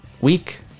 week